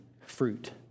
fruit